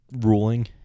ruling